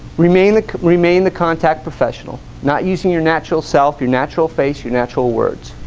remain like remain the contact professional not using your natural self your natural facial natural words